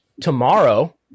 tomorrow